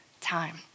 time